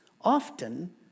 often